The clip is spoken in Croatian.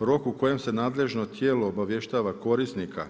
Rok u kojem nadležno tijelo obavještava korisnika